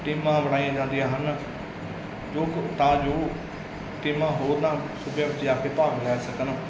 ਟੀਮਾਂ ਬਣਾਈਆਂ ਜਾਂਦੀਆਂ ਹਨ ਜੋ ਤਾਂ ਜੋ ਟੀਮਾਂ ਹੋਰਨਾਂ ਸੂਬਿਆਂ ਵਿੱਚ ਜਾ ਕੇ ਭਾਗ ਲੈ ਸਕਣ